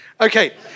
Okay